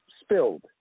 spilled